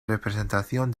representación